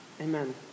Amen